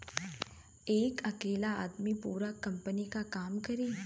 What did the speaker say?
एक अकेला आदमी पूरा कंपनी क काम करी